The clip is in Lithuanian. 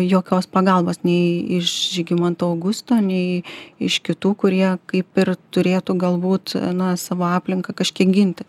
jokios pagalbos nei iš žygimanto augusto nei iš kitų kurie kaip ir turėtų galbūt na savo aplinką kažkiek ginti